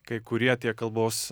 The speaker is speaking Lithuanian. kai kurie tie kalbos